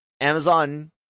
amazon